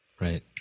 Right